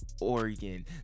Oregon